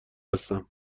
هستم